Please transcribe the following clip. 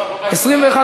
סעיף 1 נתקבל.